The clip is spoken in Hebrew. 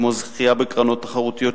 כמו זכייה בקרנות תחרותיות,